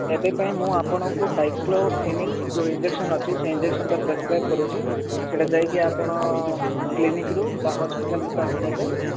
ଏବେ ପାଇଁ ମୁଁ ଆପଣଙ୍କୁ ଡାଇକ୍ଲୋପିନିକ୍ସ ଯୋଉ ଇଞ୍ଜେକସନ୍ ଅଛି ସେ ଇଞ୍ଜେକସନ୍ ଟା ପ୍ରେସକ୍ରାଇବ୍ କରୁଛି ସେଟା ଯାଇକି ଆପଣ କ୍ଲିନିକ୍ ରୁ ବା ହସ୍ପିଟାଲରୁ ତାହା ନେବେ